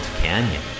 Canyon